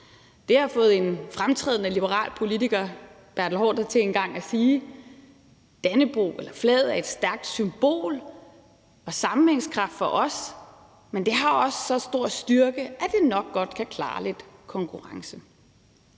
Det har fået en fremtrædende liberal politiker, nemlig Bertel Haarder, til en gang at sige: Dannebrog, flaget, er et stærkt symbol og har en sammenhængskraft for os, men det har også så stor styrke, at det nok godt kan klare lidt konkurrence.